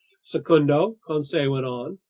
secundo, conseil went on,